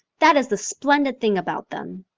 that is the splendid thing about them.